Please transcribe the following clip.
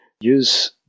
use